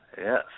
Yes